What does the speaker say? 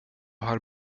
har